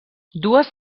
dues